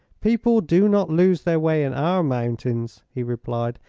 people do not lose their way in our mountains, he replied.